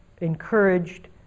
encouraged